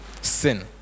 sin